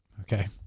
Okay